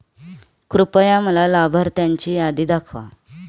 कृपया मला लाभार्थ्यांची यादी दाखवा